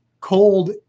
cold